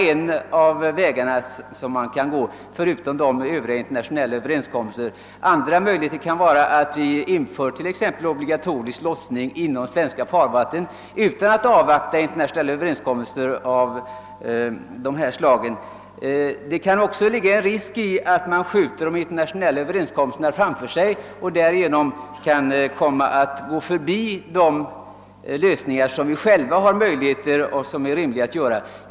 En annan möjlighet är att införa obligatorisk lotsning inom svenska farvatten utan att avvakta internationella överenskommelser. Det kan också ligga en risk i att man skjuter de internationella överenskommelserna framför sig och därigenom kan komma att förbise de rimliga lösningar som vi själva har möjligheter att åstadkomma.